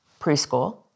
preschool